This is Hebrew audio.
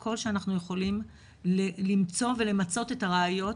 כל שאנחנו יכולים כדי למצוא ולמצות את הראיות